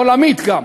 עולמית גם,